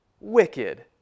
wicked